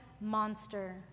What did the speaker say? monster